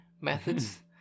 methods